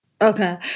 okay